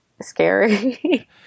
scary